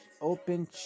open